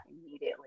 immediately